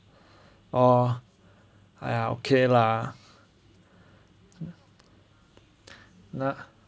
orh !aiya! okay lah